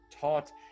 taught